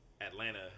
Atlanta